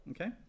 Okay